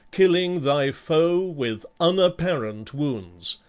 killing thy foe with unapparent wounds!